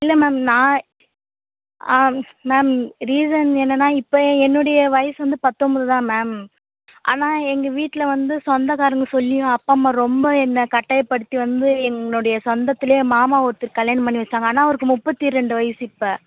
இல்லை மேம் நான் ஆ மேம் ரீசன் என்னென்னா இப்போ என்னுடைய வயது வந்து பத்தொன்போது தான் மேம் ஆனால் எங்கள் வீட்டில் வந்து சொந்தக்காரவங்க சொல்லியும் அப்பா அம்மா ரொம்ப என்ன கட்டாயப்படுத்தி வந்து என்னுடைய சொந்தத்தில் மாமா ஒருத்தருக்கு கல்யாணம் பண்ணி வச்சிட்டாங்க ஆனால் அவருக்கு முப்பத்தி ரெண்டு வயது இப்போ